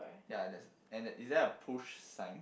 ya there is and is there a push sign